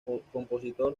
compositor